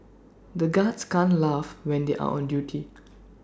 the guards can't laugh when they are on duty